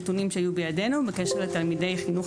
נתונים שהיו בידינו בקשר לתלמידי חינוך